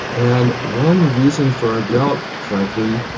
and one reason for our doubt, frankly,